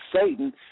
Satan